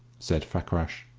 said fakrash,